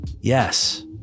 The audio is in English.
yes